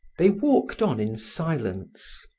they walked on in silence.